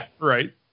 Right